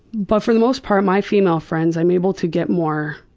but for the most part my female friends i'm able to get more,